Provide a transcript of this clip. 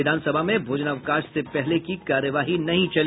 विधानसभा में भोजनावकाश से पहले की कार्यवाही नहीं चली